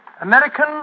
American